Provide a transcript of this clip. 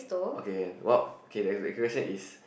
okay can well okay next next question is